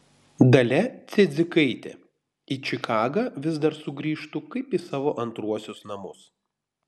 dalia cidzikaitė į čikagą vis dar sugrįžtu kaip į savo antruosius namus